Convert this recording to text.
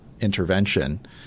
intervention